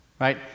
Right